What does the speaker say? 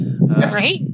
right